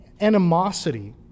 animosity